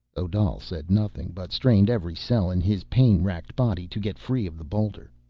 odal said nothing, but strained every cell in his pain-wracked body to get free of the boulder.